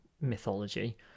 mythology